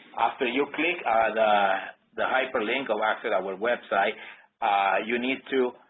after you click the hyperlink on our website you need to